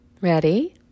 Ready